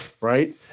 right